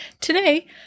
today